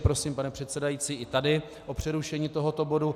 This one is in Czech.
Prosím, pane předsedající, i tady o přerušení tohoto bodu.